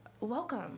welcome